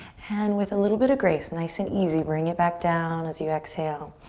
and with a little bit of grace, nice and easy, bring it back down as you exhale.